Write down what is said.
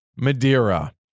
Madeira